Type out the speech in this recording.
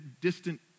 distant